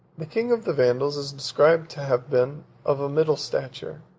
the king of the vandals is described to have been of a middle stature,